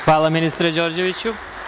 Hvala, ministre Đorđeviću.